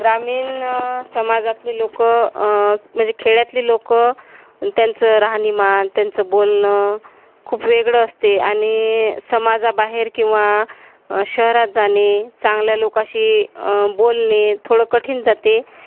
ग्रामीण समाजातले लोक म्हणजे खेड्यातली लोक त्यांचं राहणीमान त्यांचं बोलणं खूप वेगळं असते आणि समाजाबाहेर किंवा शहरात जाणे चांगल्या लोकाशी बोलणे थोडं कठीण जाते